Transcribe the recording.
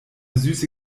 süße